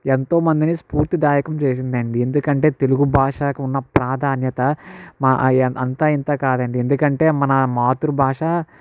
ఎంతోమందిని స్ఫూర్తిదాయకం చేసిందండి ఎందుకంటే తెలుగు భాషకు ఉన్న ప్రాధాన్యత మా అంత ఇంత కాదండి ఎందుకంటే మన మాతృభాష